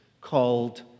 called